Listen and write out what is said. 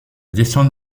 descente